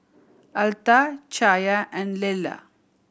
Altha Chaya and Lella